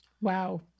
Wow